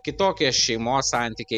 kitokie šeimos santykiai